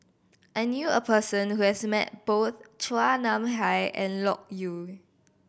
I knew a person who has met both Chua Nam Hai and Loke Yew